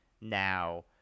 now